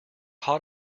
hot